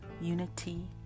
unity